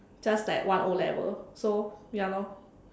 just like one O-level so ya lor